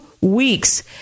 weeks